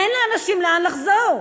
אין לאנשים לאן לחזור.